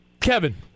Kevin